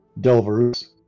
delvers